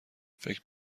فکر